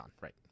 right